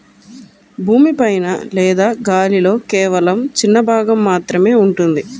భూమి పైన లేదా గాలిలో కేవలం చిన్న భాగం మాత్రమే ఉంటుంది